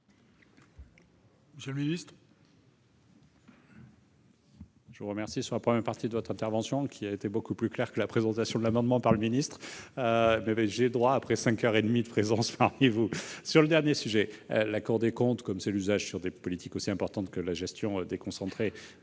monsieur le ministre,